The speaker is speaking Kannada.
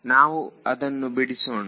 ನಾವು ನಾವು ಅದನ್ನು ಬಿಡಿಸೋಣ